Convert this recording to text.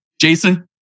Jason